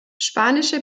spanische